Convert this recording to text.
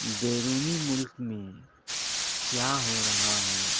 بیرونی ملک میں کیا ہو رہا ہے